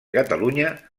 catalunya